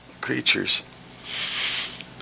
creatures